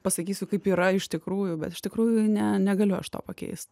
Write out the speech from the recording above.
pasakysiu kaip yra iš tikrųjų bet iš tikrųjų ne negaliu pakeist